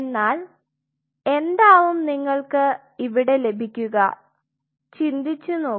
എന്നാൽ എന്താവും നിങ്ങൾക്ക് ഇവിടെ ലഭിക്കുക ചിന്തിച്ചുനോക്കൂ